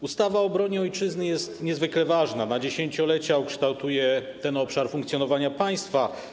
Ustawa o obronie Ojczyzny jest niezwykle ważna, na dziesięciolecia ukształtuje ten obszar funkcjonowania państwa.